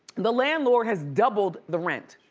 the landlord has doubled the rent,